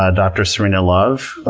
ah dr. serena love,